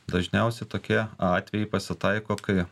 dažniausi tokie atvejai pasitaiko kai